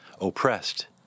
oppressed